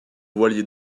voilier